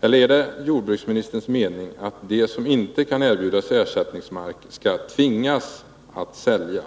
Eller är det jordbruksministerns mening att de som inte kan erbjudas ersättningsmark skall tvingas sälja?